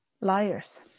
liars